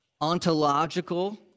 ontological